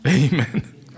Amen